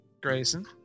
Grayson